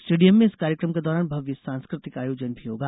stadium में इस कार्यक्रम के दौरान भव्य सांस्कृतिक आयोजन भी होगा